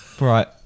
Right